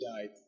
died